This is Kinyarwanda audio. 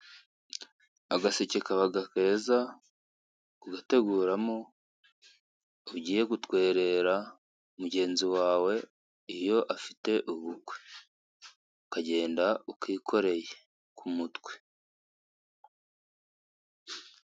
Agaseke kaba keza ugateguramo ugiye gutwerera mugenzi wawe iyo afite ubukwe ukagenda ukikoreye ku mutwe.